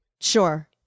sure